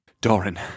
Doran